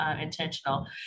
intentional